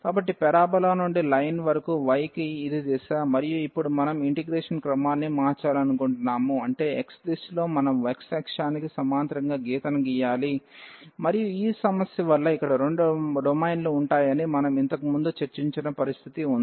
కాబట్టి పరబోలా నుండి లైన్ వరకు y కి ఇది దిశ మరియు ఇప్పుడు మనం ఇంటిగ్రేషన్ క్రమాన్ని మార్చాలనుకుంటున్నాము అంటే x దిశలో మనం x అక్షానికి సమాంతరంగా గీతను గీయాలి మరియు ఈ సమస్య వల్ల ఇక్కడ రెండు డొమైన్లు ఉంటాయని మనం ఇంతకు ముందు చర్చించిన పరిస్థితి ఉంది